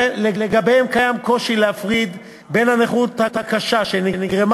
לגביהם קיים קושי להפריד בין הנכות הקשה שנגרמה